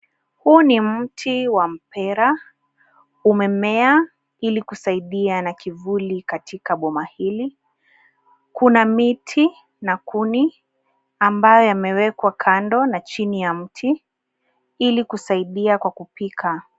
Huu ni mti wa mpera umemea ili kusaidia na kivuli katika boma hili. Kuna miti na kuni ambayo yamewekwa kando na chini ya mti ili kusaidia kwa kupika.